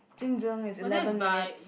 is eleven minutes